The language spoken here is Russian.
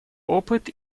опыт